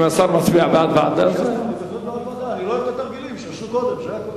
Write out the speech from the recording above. אני לא אוהב את התרגילים שעשו קודם, זה הכול.